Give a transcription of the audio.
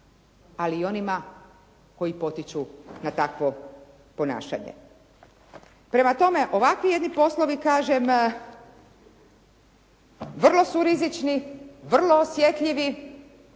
ali i onima koji potiču na takvo ponašanje. Prema tome, ovakvi jedni poslovi kažem vrlo su rizični, vrlo osjetljivi